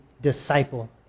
disciple